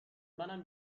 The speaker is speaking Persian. منم